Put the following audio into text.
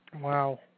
Wow